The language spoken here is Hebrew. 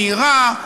מהירה,